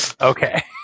Okay